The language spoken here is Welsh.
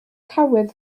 tywydd